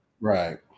Right